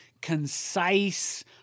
concise